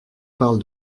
parle